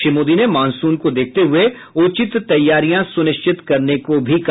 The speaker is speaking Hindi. श्री मोदी ने मॉनसून को देखते हुए उचित तैयारियां सूनिश्चित करने को कहा